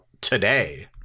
today